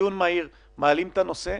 ובדיון מהיר מעלים את הנושא,